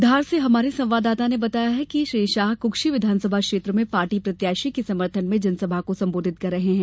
धार से हमारे संवाददाता ने बताया है कि श्री शाह कुक्षी विधानसभा क्षेत्र में पार्टी प्रत्याशी के समर्थन में जनसभा को संबोधित कर रहें हैं